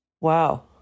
Wow